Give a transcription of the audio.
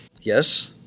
Yes